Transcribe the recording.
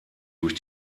durch